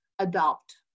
adopt